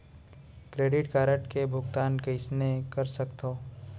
Credit card के भुगतान कईसने कर सकथो?